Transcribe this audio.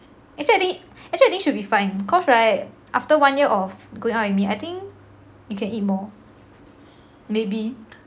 actually I think actually I think should be fine cause right after one year of going out with me I think you can eat more maybe